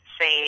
say